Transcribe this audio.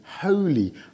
holy